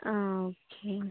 ആ ഓക്കെ